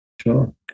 Sure